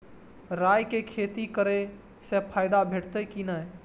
राय के खेती करे स फायदा भेटत की नै?